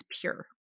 pure